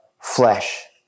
flesh